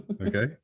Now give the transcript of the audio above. okay